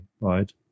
right